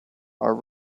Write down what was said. are